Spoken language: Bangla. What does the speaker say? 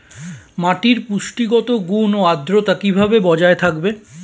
মাটির পুষ্টিগত গুণ ও আদ্রতা কিভাবে বজায় থাকবে?